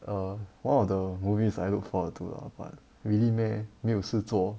err one of the movies I look forward to lah but really meh 没有事做